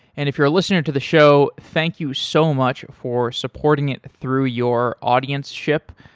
and if you're listening to the show, thank you so much for supporting it through your audienceship.